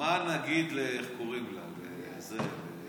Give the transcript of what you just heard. מה נגיד לאיך קוראים לה, לגרמן,